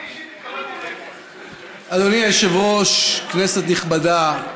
אדוני היושב-ראש, כנסת נכבדה,